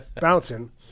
bouncing